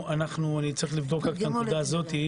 צריך לבדוק את הנקודה הזאת,